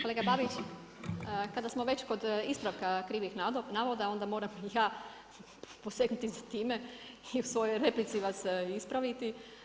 Kolega Babić, kada smo već kod ispravka krivih navoda, onda moram i ja posegnuti za time i u svoj replici vas ispraviti.